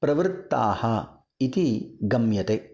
प्रवृत्ताः इति गम्यते